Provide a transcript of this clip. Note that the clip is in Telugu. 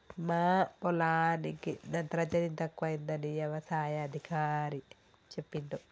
మా పొలానికి నత్రజని తక్కువైందని యవసాయ అధికారి చెప్పిండు